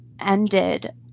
ended